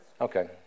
Okay